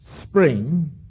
spring